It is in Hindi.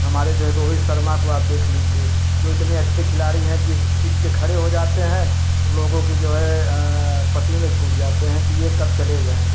हमारे जो हैं रोहित शर्मा को आप देख लीजिए जो इतने अच्छे खिलाड़ी हैं जिस पिच पे खड़े हो जाते हैं तो लोगों की जो है पसीने छूट जाते हैं कि ये कब चले जाएँ